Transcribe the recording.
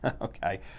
okay